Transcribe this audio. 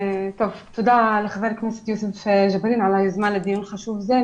תודה לחבר הכנסת יוסף ג'בארין על היוזמה לדיון חשוב זה.